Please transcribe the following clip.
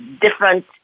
different